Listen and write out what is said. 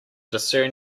discern